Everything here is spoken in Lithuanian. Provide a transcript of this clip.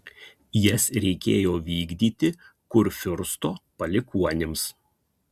jas reikėjo vykdyti kurfiursto palikuonims